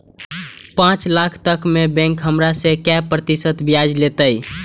पाँच लाख तक में बैंक हमरा से काय प्रतिशत ब्याज लेते?